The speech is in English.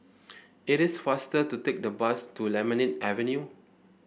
it is faster to take the bus to Lemon Avenue